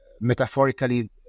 metaphorically